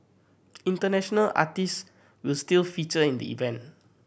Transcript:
international artist will still feature in the event